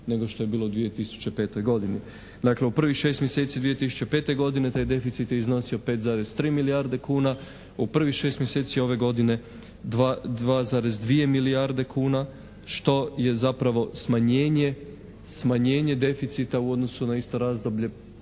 nego što je bilo u 2005. godini. Dakle u prvih šest mjeseci 2005. godine taj deficit je iznosio 5,3 milijarde kuna, u prvih šest mjeseci ove godine 2,2 milijarde kuna što je zapravo smanjenje deficita u odnosu na isto razdoblje